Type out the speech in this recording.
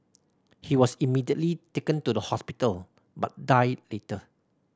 he was immediately taken to the hospital but died later